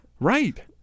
Right